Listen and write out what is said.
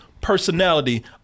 personality